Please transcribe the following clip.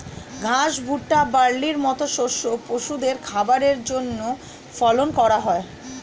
ঘাস, ভুট্টা, বার্লির মত শস্য পশুদের খাবারের জন্যে ফলন করা হয়